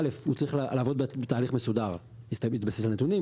א' הוא צריך לעבוד בתהליך מסודר להתבסס על נתונים,